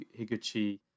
Higuchi